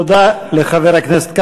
תודה לחבר הכנסת כבל.